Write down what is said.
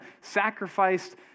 sacrificed